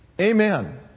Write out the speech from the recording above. Amen